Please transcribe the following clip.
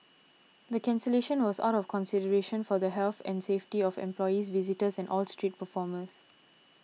the cancellation was out of consideration for the health and safety of employees visitors and all street performers